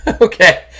Okay